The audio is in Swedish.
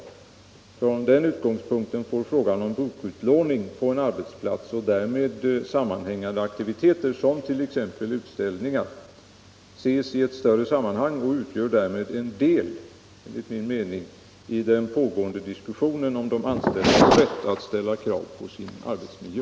Från den utgångspunkten får frågan om bokutlåning på arbetsplatsen och därmed sammanhängande aktiviteter, som t.ex. utställningar, ses i ett större sammanhang och utgör därmed enligt min mening en del av den pågående diskussionen om de anställdas rätt att ställa krav på sin arbetsmiljö.